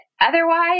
otherwise